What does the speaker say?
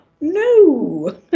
No